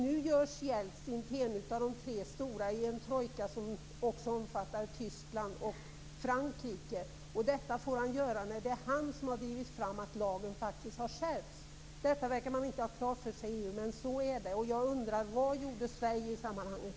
Nu görs Jeltsin till en av de tre stora i en trojka som även omfattar Tyskland och Frankrike. Detta får han göra när det är han som drivit fram att lagen faktiskt har skärpts. Detta verkar man inte ha klart för sig inom EU, men så är det. Vad gjorde Sverige i sammanhanget?